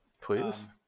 please